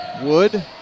Wood